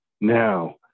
now